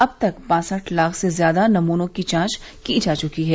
अब तक बासठ लाख से ज्यादा नमूनों की जांच की जा चुकी है